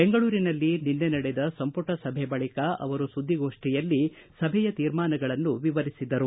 ಬೆಂಗಳೂರಿನಲ್ಲಿ ನಿನ್ನೆ ನಡೆದ ಸಂಪುಟ ಸಭೆ ಬಳಿಕ ಅವರು ಸುದ್ದಿಗೋಷ್ಟಿಯಲ್ಲಿ ಸಭೆಯ ತೀರ್ಮಾನಗಳನ್ನು ವಿವರಿಸಿದರು